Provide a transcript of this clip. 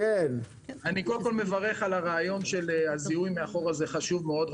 אני מברך על הרעיון על הזיהוי מאחור שהוא חשוב מאוד.